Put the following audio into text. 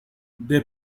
they